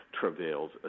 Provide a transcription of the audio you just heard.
travails